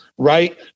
right